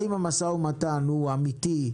האם המשא ומתן הוא אמיתי,